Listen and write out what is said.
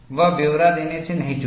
वह ब्योरा देने से नहीं चूके